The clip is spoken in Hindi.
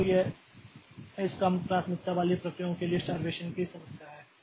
तो यह इस कम प्राथमिकता वाली प्रक्रियाओं के लिए स्टारवेशन की समस्या है